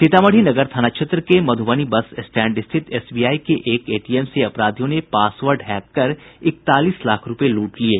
सीतामढ़ी नगर थाना क्षेत्र के मधुबनी बस स्टैंड स्थित एसबीआई के एक एटीएम से अपराधियों ने पासवर्ड हैक कर इकतालीस लाख रूपये लूट लिये